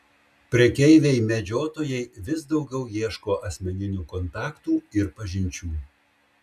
prekeiviai medžiotojai vis daugiau ieško asmeninių kontaktų ir pažinčių